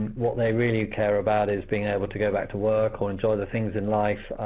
what they really care about is being able to go back to work, or enjoy the things in life,